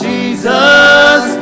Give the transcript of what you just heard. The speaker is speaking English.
Jesus